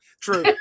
True